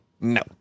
No